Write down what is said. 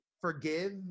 forgive